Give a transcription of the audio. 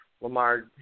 Lamar